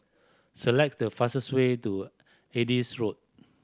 select the fastest way to Adis Road